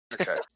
Okay